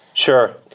Sure